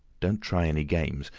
don't try any games.